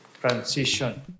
transition